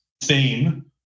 theme